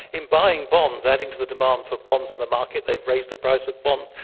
in buying bonds, adding to the demand for bonds in the market, they've raised the price of bonds,